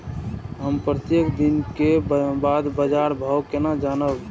हम प्रत्येक दिन के बाद बाजार भाव केना जानब?